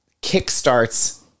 kick-starts